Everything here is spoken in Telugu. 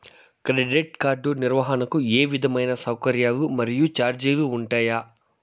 క్రెడిట్ కార్డు నిర్వహణకు ఏ విధమైన సౌకర్యాలు మరియు చార్జీలు ఉంటాయా?